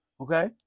okay